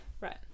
right